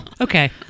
Okay